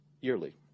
yearly